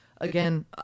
again